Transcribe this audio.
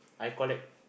I collect